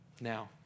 Now